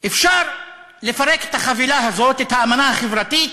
אפשר לפרק את החבילה הזאת, את האמנה החברתית